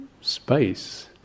space